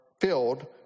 filled